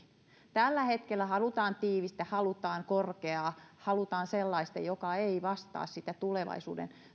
tällä hetkellä halutaan tiivistä halutaan korkeaa halutaan sellaista jolla ei vastata tulevaisuuden